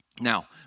Now